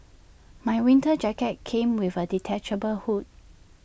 my winter jacket came with A detachable hood